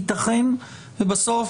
יתכן ובסוף,